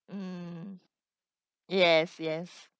mm yes yes